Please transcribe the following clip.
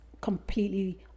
completely